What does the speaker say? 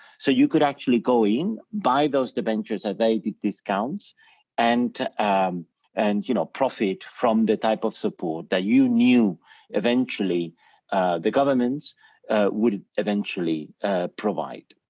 so you could actually go in, buy those debentures at very deep discounts and, um and you know, profit from the type of support that you knew eventually the governments would eventually provide.